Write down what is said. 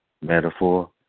metaphor